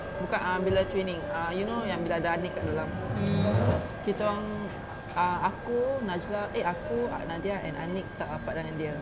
bukan ah bila training ah you know when bila ada aniq kat dalam kita orang ah aku najlah eh aku nadia and aniq tak rapat dengan dia